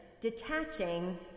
detaching